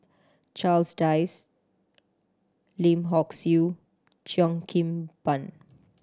Charles Dyce Lim Hock Siew Cheo Kim Ban